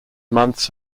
months